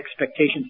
expectations